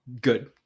good